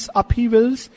upheavals